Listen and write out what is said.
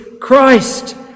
Christ